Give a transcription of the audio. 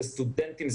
זה סטודנטים,